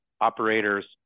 operators